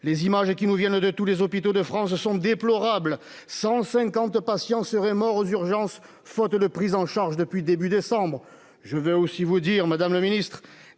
les images qui nous viennent de tous les hôpitaux de France sont déplorables, 150 patients seraient morts aux urgences, faute de prise en charge depuis début décembre. Je vais aussi vous dire, Madame le Ministre